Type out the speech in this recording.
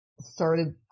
started